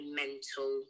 mental